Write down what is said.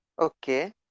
Okay